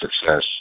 success